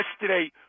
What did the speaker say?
yesterday